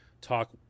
talk